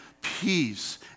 peace